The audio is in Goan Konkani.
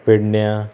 पेडण्या